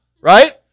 right